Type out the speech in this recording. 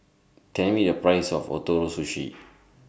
Tell Me The Price of Ootoro Sushi